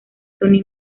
sony